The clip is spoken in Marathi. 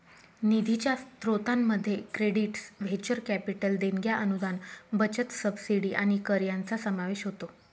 निधीच्या स्त्रोतांमध्ये क्रेडिट्स व्हेंचर कॅपिटल देणग्या अनुदान बचत सबसिडी आणि कर यांचा समावेश होतो